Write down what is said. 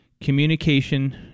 communication